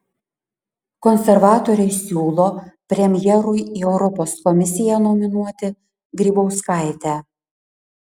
konservatoriai siūlo premjerui į europos komisiją nominuoti grybauskaitę